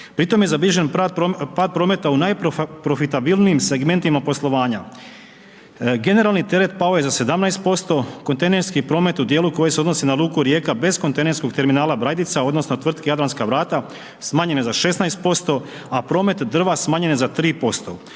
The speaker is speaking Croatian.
pri tome je zabilježen pad prometa u najprofitabilnijim segmentima poslovanja, generalni teret pao je za 17%, kontejnerski promet u dijelu koji se odnosi na luku Rijeka bez kontejnerskog terminala Brajdica odnosno tvrtki Jadranska vrata smanjen je za 16%, a promet drva smanjen je za 3%.